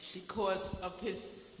because of his